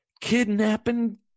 kidnapping